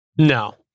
No